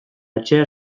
etxea